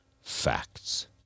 facts